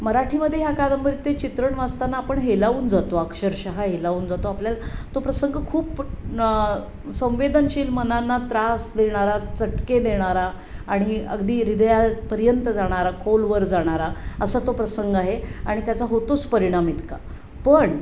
मराठीमध्ये ह्या कादंबरीत ते चित्रण वाचताना आपण हेलावून जातो अक्षरशः हेलावून जातो आपल्याला तो प्रसंग खूप ण संवेदनशील मनांना त्रास देणारा चटके देणारा आणि अगदी ह्रदयापर्यंत जाणारा खोलवर जाणारा असा तो प्रसंग आहे आणि त्याचा होतोच परिणाम इतका पण